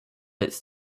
its